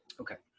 okay.